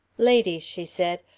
ladies, she said,